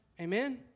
Amen